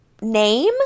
name